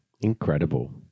Incredible